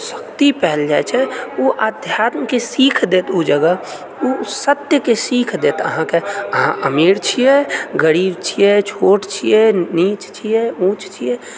शक्ति पालि जाइ छै ओ अध्यात्मकऽ सीख देत ओ जगह ओ सत्यके सीख देत अहाँके अहाँ अमीर छियै गरीब छियै छोट छियै नीच छियै ऊँच छियै